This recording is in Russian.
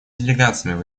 делегациями